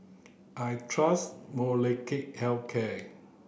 I trust Molnylcke health care